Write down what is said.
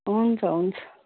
हुन्छ हुन्छ